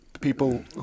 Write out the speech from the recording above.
people